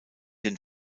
den